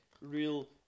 real